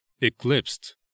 eclipsed